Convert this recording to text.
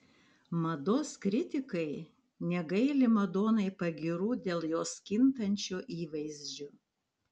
mados kritikai negaili madonai pagyrų dėl jos kintančio įvaizdžio